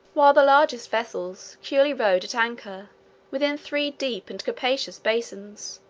while the largest vessels securely rode at anchor within three deep and capacious basins,